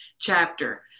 chapter